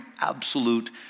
absolute